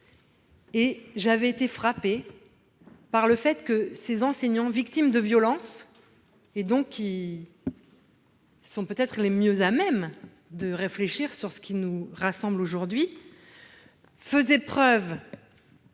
J'avais été frappée par le fait que ces enseignants victimes de violences, qui sont peut-être les mieux à même de réfléchir sur ce qui nous rassemble aujourd'hui, faisaient preuve